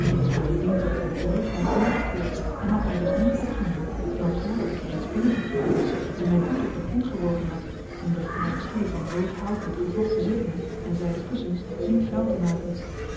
bovendien zat zij met den rug naar de deur gekeerd en had mij dus niet opgemerkt dan voordat ik reeds binnengetreden was en mijn hoed op den grond geworpen had om de fraaie stoelen van rood hout met gevlochten zittingen en zijden kussens niet vuil te maken